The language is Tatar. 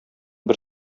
бер